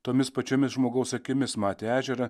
tomis pačiomis žmogaus akimis matė ežerą